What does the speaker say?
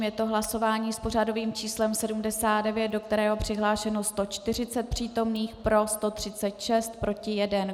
Je to hlasování s pořadovým číslem 79, do kterého je přihlášeno 140 přítomných, pro 136, proti 1.